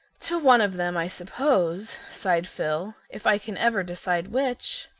to one of them, i suppose, sighed phil, if i can ever decide which.